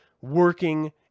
working